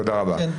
תודה רבה.